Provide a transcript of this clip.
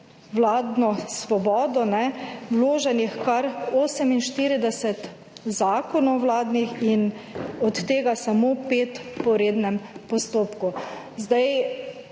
vladno svobodo vloženih kar 48 zakonov vladnih in od tega samo 5 po rednem postopku.